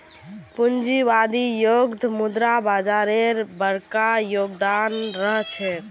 पूंजीवादी युगत मुद्रा बाजारेर बरका योगदान रह छेक